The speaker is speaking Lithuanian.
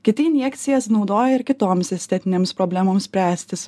kiti injekcijas naudoja ir kitoms estetinėms problemoms spręstis